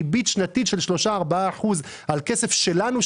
ריבית שנתית של 3%-4% על כסף שלנו,